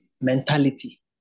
mentality